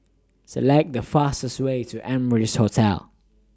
Select The fastest Way to Amrise Hotel